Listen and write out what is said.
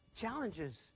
challenges